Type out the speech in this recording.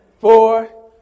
four